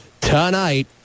tonight